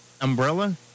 umbrella